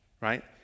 right